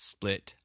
Split